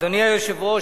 אדוני היושב-ראש,